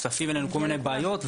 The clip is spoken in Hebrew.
--- כל מיני בעיות,